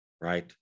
right